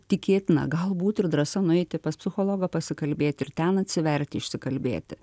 tikėtina galbūt ir drąsa nueiti pas psichologą pasikalbėt ir ten atsivert išsikalbėti